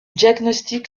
diagnostic